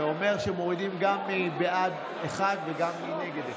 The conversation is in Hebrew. זה אומר שמורידים גם מבעד 1 וגם מנגד.